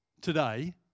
today